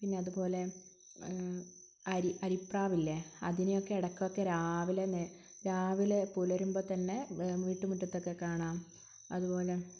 പിന്നെ അതുപോലേ അരി അരിപ്രാവില്ലേ അതിനെ ഒക്കെ ഇടയ്ക്കൊക്കെ രാവിലെ നേരം രാവിലെ പുലരുമ്പോൾ തന്നെ വീട്ട് മുറ്റത്തൊക്കെ കാണാം അതുപോലെ